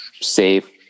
safe